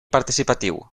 participatiu